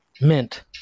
mint